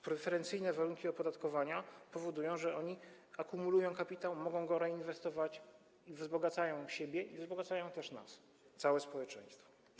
Preferencyjne warunki opodatkowania powodują, że oni akumulują kapitał, mogą go reinwestować, wzbogacają siebie i wzbogacają też nas, całe społeczeństwo.